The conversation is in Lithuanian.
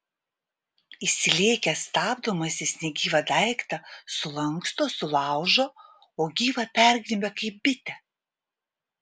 įsilėkęs stabdomas jis negyvą daiktą sulanksto sulaužo o gyvą pergnybia kaip bitę